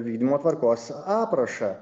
vykdymo tvarkos aprašą